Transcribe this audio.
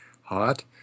hot